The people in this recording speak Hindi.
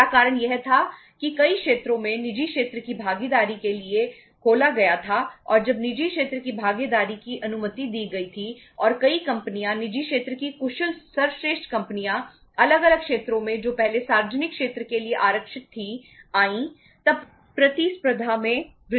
पहला कारण यह था कि कई क्षेत्रों को निजी क्षेत्र की भागीदारी के लिए खोला गया था और जब निजी क्षेत्र की भागीदारी की अनुमति दी गई थी और कई कंपनियां निजी क्षेत्र की कुशल सर्वश्रेष्ठ कंपनियां अलग अलग क्षेत्रों में जो पहले सार्वजनिक क्षेत्र के लिए आरक्षित थीं आई तब प्रतिस्पर्धा में वृद्धि हुई